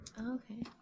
Okay